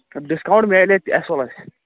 discount میلہِ ییٚتہِ اَصٕل اَسہِ